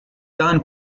son